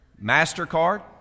MasterCard